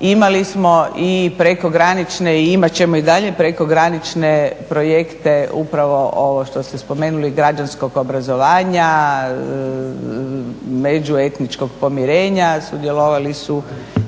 Imali smo i prekogranične i imat ćemo i dalje prekogranične projekte upravo ovo što ste spomenuli građanskog obrazovanja, među etničkog pomirenja. Sudjelovali su